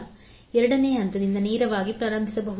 ನಾವು ಎರಡನೇ ಹಂತದಿಂದ ನೇರವಾಗಿ ಪ್ರಾರಂಭಿಸಬಹುದು